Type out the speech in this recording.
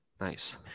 Nice